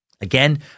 Again